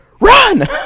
run